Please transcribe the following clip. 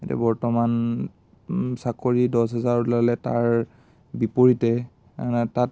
এই বৰ্তমান চাকৰি দহ হেজাৰ ওলালে তাৰ বিপৰীতে তাত